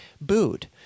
booed